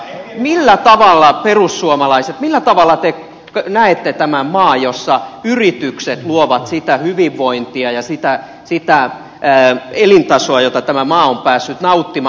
millä tavalla perussuomalaiset millä tavalla te näette tämän maan jossa yritykset luovat sitä hyvinvointia ja sitä elintasoa josta tämä maa on päässyt nauttimaan